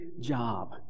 job